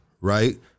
right